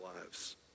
lives